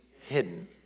hidden